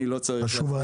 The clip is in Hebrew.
אני לא צריך --- חשובה,